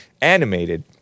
Animated